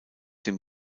dem